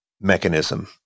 mechanism